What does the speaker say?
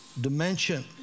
dimension